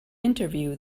interview